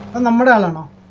in the middle and